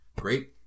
great